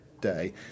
day